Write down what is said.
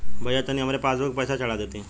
भईया तनि हमरे पासबुक पर पैसा चढ़ा देती